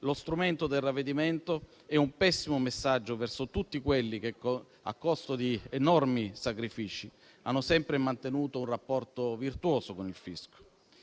lo strumento del ravvedimento, è un pessimo messaggio verso tutti quelli che, a costo di enormi sacrifici, hanno sempre mantenuto un rapporto virtuoso con il fisco.